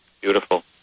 Beautiful